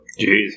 Jeez